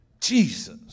jesus